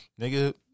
nigga